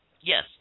Yes